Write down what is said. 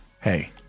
Hey